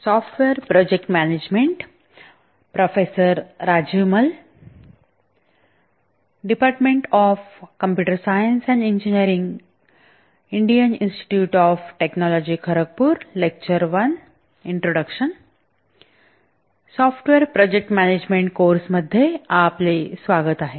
software project management course मध्ये आपले स्वागत आहे